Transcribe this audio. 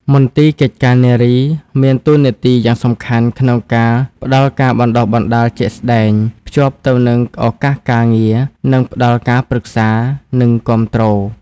មន្ទីរកិច្ចការនារី មានតួនាទីយ៉ាងសំខាន់ក្នុងការផ្តល់ការបណ្តុះបណ្តាលជាក់ស្តែង ភ្ជាប់ទៅនឹងឱកាសការងារ និងផ្តល់ការប្រឹក្សា និងគាំទ្រ។